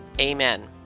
Amen